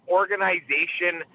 organization